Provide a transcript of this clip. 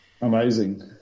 Amazing